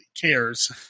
cares